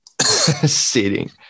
sitting